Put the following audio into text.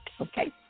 Okay